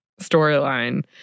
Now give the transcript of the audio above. storyline